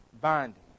Binding